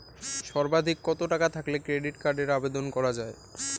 সর্বাধিক কত টাকা থাকলে ক্রেডিট কার্ডের আবেদন করা য়ায়?